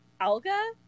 alga